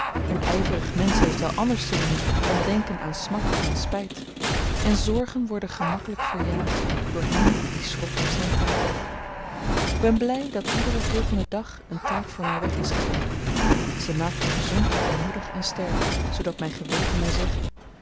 een ijverig mensch heeft wel anders te doen dan denken aan smart of aan spijt en zorgen worden gemakkelijk verjaagd door hem die schrobt op zijn tijd k ben blij dat iederen volgenden dag een taak voor mij weg is gelegd ze maakt me gezond en moedig en sterk zoodat mijn geweten mij zegt